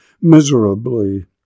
miserably